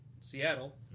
Seattle